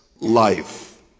life